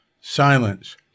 silence